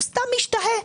סתם משתהה.